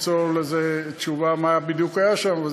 למצוא לזה תשובה, מה בדיוק היה שם.